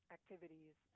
activities